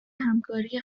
همکاری